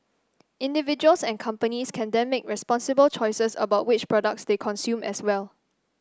individuals and companies can then make responsible choices about which products they consume as well